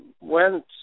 went